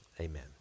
amen